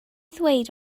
ddweud